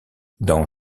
dans